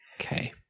Okay